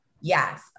yes